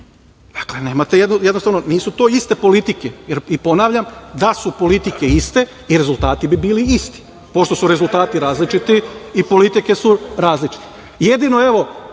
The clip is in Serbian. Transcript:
da pobegne. Jednostavno, nisu to iste politike. Ponavljam, da su politike iste, i rezultati bi bili isti. Pošto su rezultati različiti, i politike su različite.